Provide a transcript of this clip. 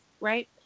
right